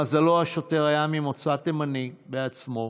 למזלו, השוטר היה ממוצא תימני בעצמו,